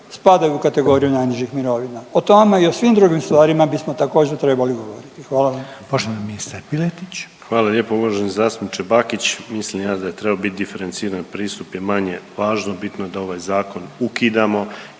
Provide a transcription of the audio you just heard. spadaju u kategoriju najnižih mirovina. O tome i o svim drugim stvarima bismo također trebali govoriti. Hvala vam.